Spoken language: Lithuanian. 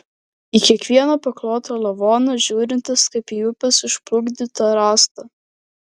į kiekvieną paklotą lavoną žiūrintis kaip į upės išplukdytą rąstą